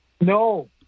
No